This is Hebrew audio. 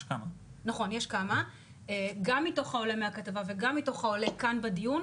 גם מתוך העולה מהכתבה וגם מתוך העולה כאן בדיון